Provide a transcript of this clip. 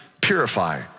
purify